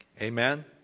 Amen